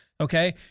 Okay